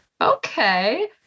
okay